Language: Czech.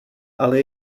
ale